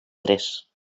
tres